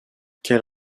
quels